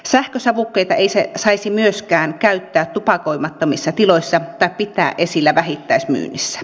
sähkösavukkeita ei saisi myöskään käyttää tupakoimattomissa tiloissa tai pitää esillä vähittäismyynnissä